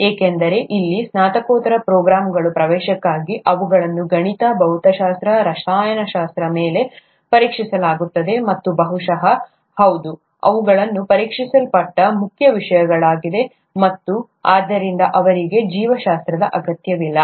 ಏಕೆಂದರೆ ಇಲ್ಲಿ ಸ್ನಾತಕೋತ್ತರ ಪ್ರೋಗ್ರಾಂಗಳ ಪ್ರವೇಶಕ್ಕಾಗಿ ಅವುಗಳನ್ನು ಗಣಿತ ಭೌತಶಾಸ್ತ್ರ ರಸಾಯನಶಾಸ್ತ್ರದ ಮೇಲೆ ಪರೀಕ್ಷಿಸಲಾಗುತ್ತದೆ ಮತ್ತು ಬಹುಶಃ ಹೌದು ಇವುಗಳು ಪರೀಕ್ಷಿಸಲ್ಪಟ್ಟ ಮುಖ್ಯ ವಿಷಯಗಳಾಗಿವೆ ಮತ್ತು ಆದ್ದರಿಂದ ಅವರಿಗೆ ಜೀವಶಾಸ್ತ್ರದ ಅಗತ್ಯವಿಲ್ಲ